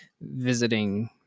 visiting